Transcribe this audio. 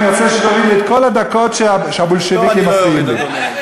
אני רוצה שתוריד לי את כל הדקות שהבולשביקים מפריעים לי.